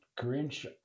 Grinch